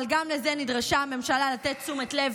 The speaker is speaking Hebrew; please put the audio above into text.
אבל גם לזה נדרשה הממשלה לתת תשומת לב